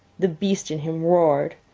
the beast in him roared.